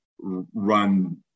run